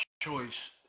choice